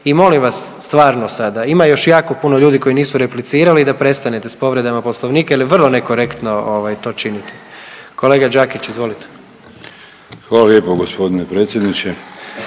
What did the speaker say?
I molim vas, stvarno sada, ima još jako puno ljudi koji nisu replicirali, da prestanete s povredama Poslovnika jer je vrlo nekorektno to činite. Kolega Đakić, izvolite. **Đakić, Josip